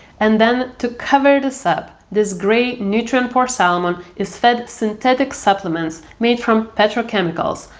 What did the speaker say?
and then, to cover this up, this grey nutrient poor salmon is fed synthetic supplements made from petrochemicals,